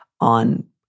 on